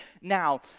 now